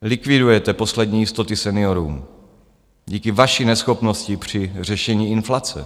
Likvidujete poslední jistoty seniorům díky vaší neschopnosti při řešení inflace.